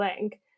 link